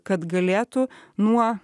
kad galėtų nuo